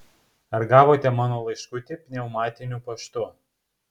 ar gavote mano laiškutį pneumatiniu paštu